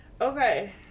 Okay